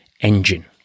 engine